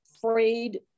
frayed